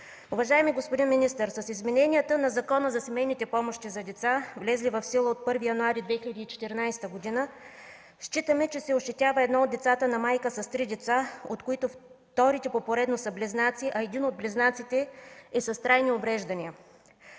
Уважаеми господин министър, с измененията на Закона за семейните помощи за деца, влезли в сила от 1 януари 2014 г., считаме, че се ощетява едно от децата на майка с три деца, от които вторите по поредност са близнаци, а един от близнаците е с трайни увреждания.